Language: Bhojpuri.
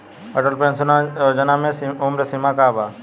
अटल पेंशन योजना मे उम्र सीमा का बा?